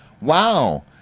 wow